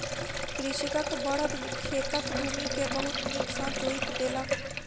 कृषकक बड़द खेतक भूमि के बहुत नीक सॅ जोईत देलक